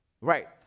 right